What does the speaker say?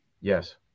Yes